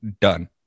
done